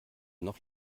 noch